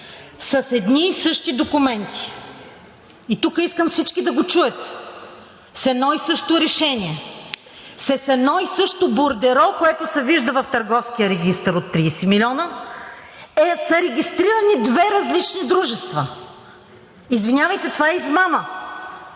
са едни и същи документи. Тук искам всички да чуете: с едно и също решение, с едно и също бордеро, което се вижда в Търговския регистър от 30 милиона, са регистрирани две различни дружества! Извинявайте, но това е измама!